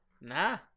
Nah